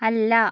അല്ല